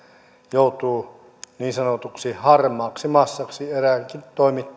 joutuu niin sanotuksi harmaaksi massaksi eräänkin